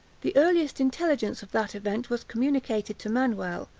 the earliest intelligence of that event was communicated to manuel,